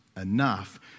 enough